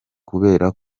kubera